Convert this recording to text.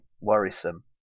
worrisome